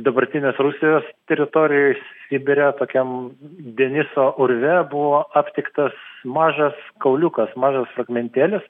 dabartinės rusijos teritorijoj sibire tokiam deniso urve buvo aptiktas mažas kauliukas mažas fragmentėlis